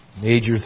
Major